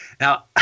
Now